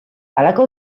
halako